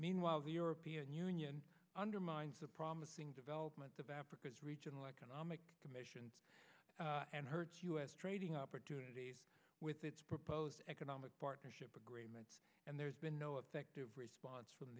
meanwhile the european union undermines a promising development of africa's regional economic commission and hurts us trading opportunities with its proposed economic partnership agreement and there's been no effective response from